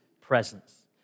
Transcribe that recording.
presence